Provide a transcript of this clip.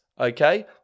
Okay